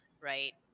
right